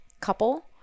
couple